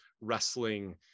wrestling